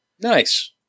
Nice